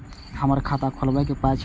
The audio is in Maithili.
हमर खाता खौलैक पाय छै